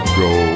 go